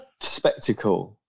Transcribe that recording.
spectacle